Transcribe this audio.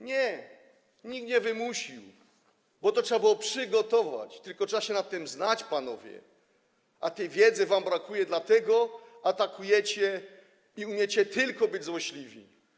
Nie, nikt nie wymusił, bo to trzeba było przygotować, tylko trzeba się na tym znać, panowie, a tej wiedzy wam brakuje, dlatego atakujecie i umiecie tylko być złośliwi.